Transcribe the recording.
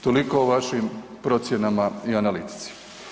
Toliko o vašim procjenama i analitici.